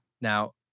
Now